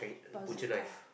bazooka